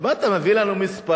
מה אתה מביא לנו מספרים?